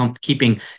keeping